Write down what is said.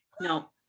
No